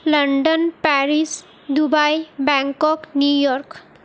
London Paris Dubai Bangkok New York